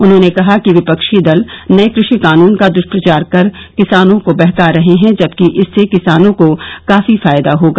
उन्होंने कहा कि विपक्षी दल नये कृषि कानून का दुष्प्रचार कर किसानों को बहका रहे हैं जबकि इससे किसानों को काफी फायदा होगा